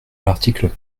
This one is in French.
l’article